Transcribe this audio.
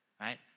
Right